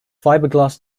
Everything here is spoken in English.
fiberglass